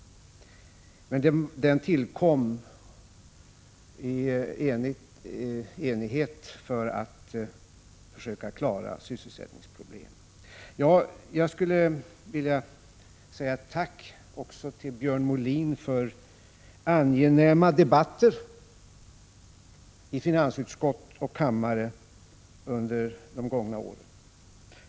Men den tillkom i enighet för att vi ville försöka klara sysselsättningsproblemen. Jag skulle också vilja tacka Björn Molin för angenäma debatter i finansutskott och kammare under de gångna åren.